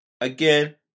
again